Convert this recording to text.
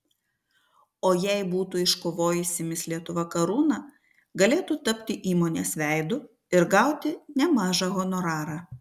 o jei būtų iškovojusi mis lietuva karūną galėtų tapti įmonės veidu ir gauti nemažą honorarą